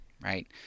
right